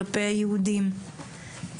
כלפי היהודים,